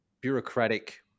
bureaucratic